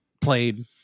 played